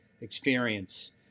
experience